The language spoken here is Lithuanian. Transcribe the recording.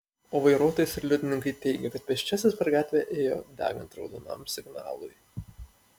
o vairuotojas ir liudininkai teigia kad pėsčiasis per gatvę ėjo degant raudonam signalui